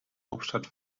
hauptstadt